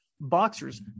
Boxers